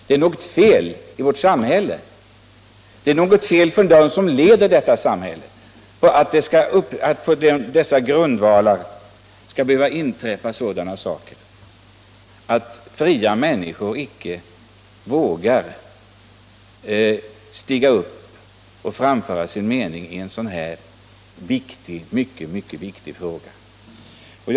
Det är något fel i vårt samhälle, det är något fel hos dem som leder detta samhälle när det skall behöva inträffa att fria människor icke vågar stiga upp och framföra sin mening i en mycket, mycket viktig fråga som denna.